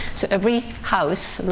so every house and